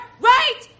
right